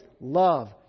love